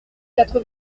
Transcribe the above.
quatre